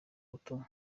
butumwa